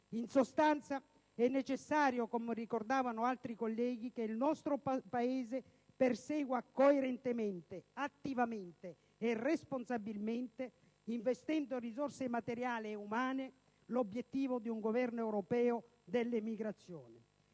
In sostanza, è necessario, come ricordavano altri colleghi, che il nostro Paese persegua coerentemente, attivamente e responsabilmente, investendo risorse materiali e umane, l'obiettivo di un governo europeo dell'emigrazione.